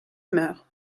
humeur